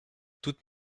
toutes